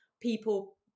people